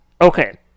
Okay